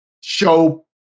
show